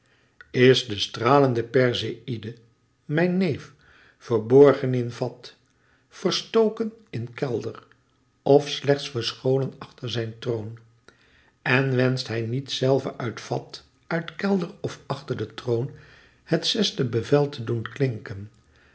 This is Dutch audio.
is de stralende perseïde mijn neef verborgen in vat verstoken in kelder of slechts verscholen achter zijn troon en wenscht hij niet zelve uit vat uit kelder of achter den troon het zesde bevel te doen klinken